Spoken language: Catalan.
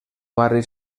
barri